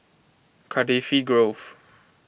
Cardifi Grove